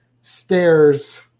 stairs